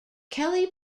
kelley